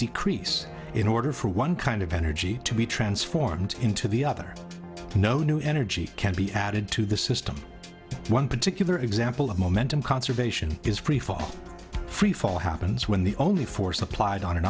decrease in order for one kind of energy to be transformed into the other no new energy can be added to the system one particular example of momentum conservation is free fall free fall happens when the only force applied on an